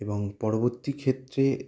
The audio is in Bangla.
এবং পরবর্তী ক্ষেত্রে